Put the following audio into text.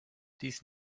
dies